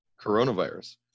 coronavirus